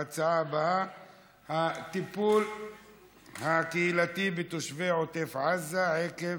ההצעה הבאה היא: הטיפול הקהילתי בתושבי עוטף עזה עקב